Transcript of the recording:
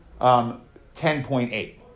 10.8